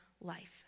life